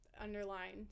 underlined